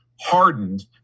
hardened